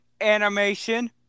animation